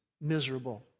miserable